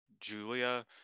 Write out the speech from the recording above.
julia